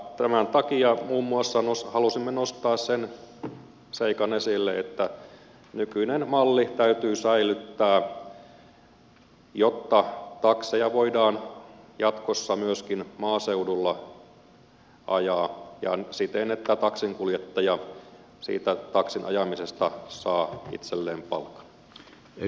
tämän takia muun muassa halusimme nostaa sen seikan esille että nykyinen malli täytyy säilyttää jotta takseja voidaan jatkossa myöskin maaseudulla ajaa ja siten että taksinkuljettaja siitä taksin ajamisesta saa itselleen palkan